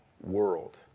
world